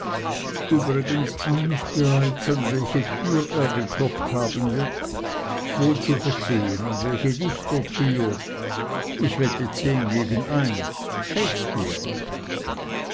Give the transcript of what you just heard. übrigens ahn ich bereits an welche tür er geklopft haben wird wohl zu verstehen an welche dichtertür ich wette zehn gegen eins shakespeare